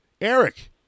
Eric